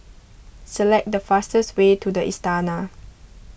select the fastest way to the Istana